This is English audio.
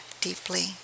deeply